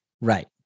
right